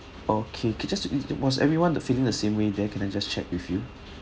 okay was everyone the feeling the same way there can I just check with you